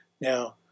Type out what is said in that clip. Now